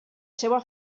seva